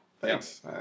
Thanks